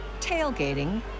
tailgating